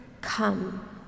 Come